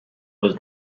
was